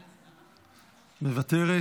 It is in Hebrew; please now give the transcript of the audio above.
מוותרת,